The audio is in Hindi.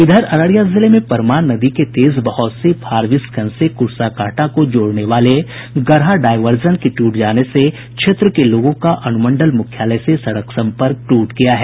इधर अररिया जिले में परमान नदी के तेज बहाव से फारबिसगंज से क्र्साकांटा को जोड़ने वाले गरहा डायवर्जन के टूट जाने से क्षेत्र के लोगों का अनुमंडल मुख्यालय से सड़क सम्पर्क ट्रट गया है